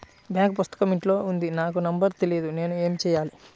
Bank పుస్తకం ఇంట్లో ఉంది నాకు నంబర్ తెలియదు నేను ఏమి చెయ్యాలి?